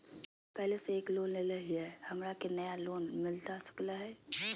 हमे पहले से एक लोन लेले हियई, हमरा के नया लोन मिलता सकले हई?